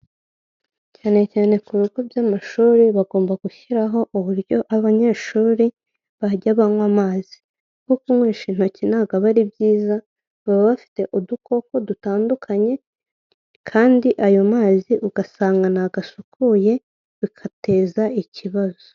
Cyane cyane ku bigo by'amashuri bagomba gushyiraho uburyo abanyeshuri bajya banywa amazi, kuko kunywesha intoki ntago aba ari byiza, baba bafite udukoko dutandukanye kandi ayo mazi ugasanga ntago asukuye bigateza ikibazo.